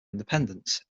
independence